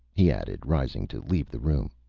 he added, rising to leave the room,